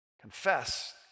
confess